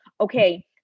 okay